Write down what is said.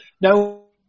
no